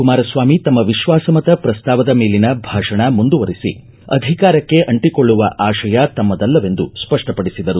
ಕುಮಾರಸ್ವಾಮಿ ತಮ್ಮ ವಿಶ್ವಾಸಮತ ಪ್ರಸ್ತಾವದ ಮೇಲಿನ ಭಾಷಣ ಮುಂದುವರಿಸಿ ಅಧಿಕಾರಕ್ಷೆ ಅಂಟಕೊಳ್ಳುವ ಅಶಯ ತಮ್ಮದಲ್ಲವೆಂದು ಸ್ಪಪ್ಪಪಡಿಸಿದರು